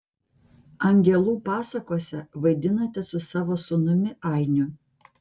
angelų pasakose vaidinate su savo sūnumi ainiu